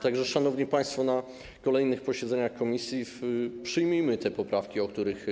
Tak że, szanowni państwo, na kolejnych posiedzeniach komisji przyjmijmy te poprawki, o których